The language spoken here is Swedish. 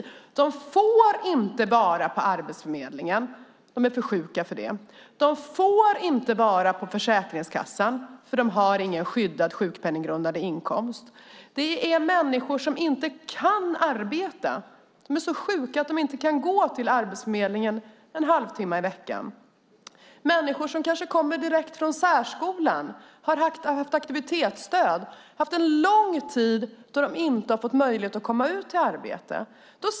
De får inte vara på Arbetsförmedlingen eftersom de är för sjuka för det. De får inte vara på Försäkringskassan eftersom de inte har någon skyddad sjukpenninggrundande inkomst. Det är människor som inte kan arbeta. De är så sjuka att de inte kan gå till Arbetsförmedlingen en halvtimme i veckan. Det kan vara människor som kommer direkt från särskolan, som har haft aktivitetsstöd och under lång tid inte haft möjlighet att komma ut i arbete.